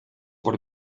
por